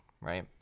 right